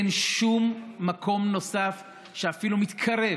אין שום מקום נוסף שאפילו מתקרב